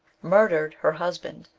murdered her husband,